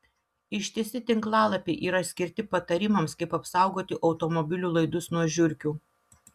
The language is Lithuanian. ištisi tinklalapiai yra skirti patarimams kaip apsaugoti automobilių laidus nuo žiurkių